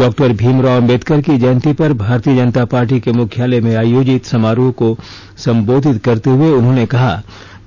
doctor Bhimrao Ambedkar की जयन्ती पर भारतीय जनता पार्टी के मुख्यालय में आयोजित समारोह को सम्बोधित करते हुए उन्होंने कहा